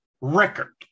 record